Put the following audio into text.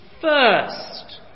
first